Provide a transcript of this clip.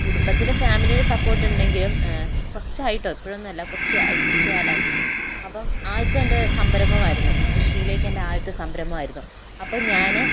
കുടുംബത്തിലെ ഫാമിലിയുടെ സപ്പോര്ട്ട് ഉണ്ടെങ്കിലും കുറച്ചായിട്ടോ ഇപ്പോഴൊന്നും അല്ല കുറച്ചായി കുറച്ച് കാലമായി അപ്പം ആദ്യത്തെ എന്റെ സംരംഭം ആയിരുന്നു കൃഷിയിലേക്ക് എന്റെ ആദ്യത്തെ സംരംഭം ആയിരുന്നു അപ്പം ഞാന്